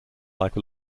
like